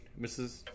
Mrs